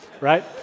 right